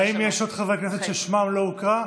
חברי כנסת ששמם לא הוקרא?